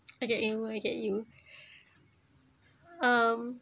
I get you one I get you um